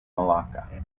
malacca